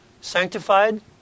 sanctified